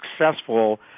successful